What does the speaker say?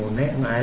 13 4